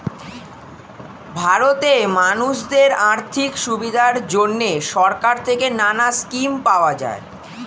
ভারতে মানুষদের আর্থিক সুবিধার জন্যে সরকার থেকে নানা স্কিম পাওয়া যায়